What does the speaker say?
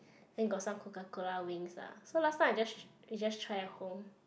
then got some Coca-Cola wings lah so last time I just we just try at home